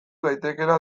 daitekeela